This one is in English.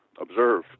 observe